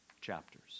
chapters